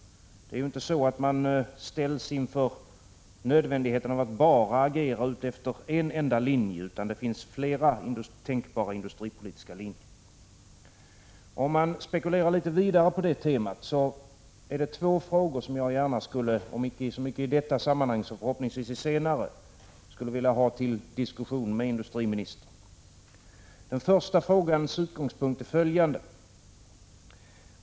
Det är ju inte så att man ställs inför nödvändigheten att agera efter bara en enda linje, utan det finns flera tänkbara industripolitiska linjer. Om man spekulerar litet vidare på det temat är det två frågor som jag gärna, om inte så mycket i detta sammanhang så förhoppningsvis senare, skulle vilja ta upp till diskussion med industriministern. Den första frågans utgångspunkt är följande.